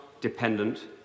dependent